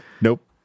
Nope